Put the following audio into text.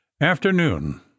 Afternoon